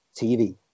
TV